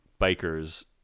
bikers